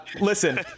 Listen